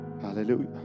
Hallelujah